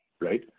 right